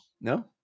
No